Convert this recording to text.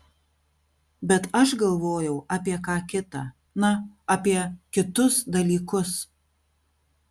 bet aš galvojau apie ką kita na apie kitus dalykus